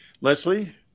Leslie